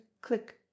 click